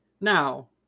Now